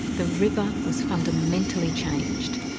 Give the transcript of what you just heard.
the river was fundamentally changed.